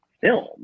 film